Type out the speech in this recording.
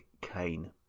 Kane